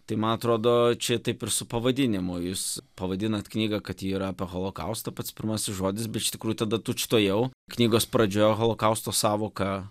tai man atrodo čia taip ir su pavadinimu jūs pavadinot knygą kad ji yra apie holokaustą pats pirmasis žodis bet iš tikrųjų tada tučtuojau knygos pradžioj holokausto sąvoką